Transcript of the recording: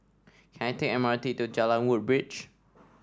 can I take the M R T to Jalan Woodbridge